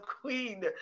Queen